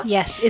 Yes